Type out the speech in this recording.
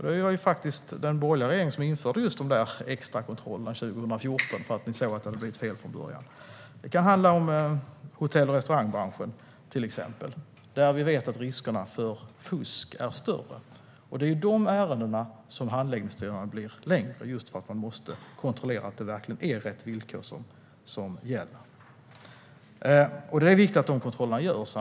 Det var faktiskt den borgerliga regeringen som införde de där extrakontrollerna 2014; ni såg att det hade blivit fel från början. Det kan handla om till exempel hotell och restaurangbranschen, där vi vet att riskerna för fusk är större. Det är i de ärendena som handläggningstiderna blir längre, då man måste kontrollera att det verkligen är rätt villkor som gäller. Det är viktigt att de kontrollerna görs.